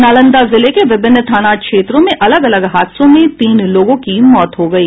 नालंदा जिले के विभिन्न थाना क्षेत्रों में अलग अलग हादसों में तीन लोगों की मौत हो गयी